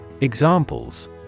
Examples